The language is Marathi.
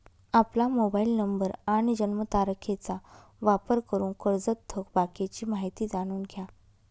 आपला मोबाईल नंबर आणि जन्मतारखेचा वापर करून कर्जत थकबाकीची माहिती जाणून घ्या